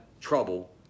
trouble